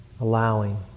Allowing